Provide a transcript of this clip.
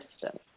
system